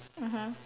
mmhmm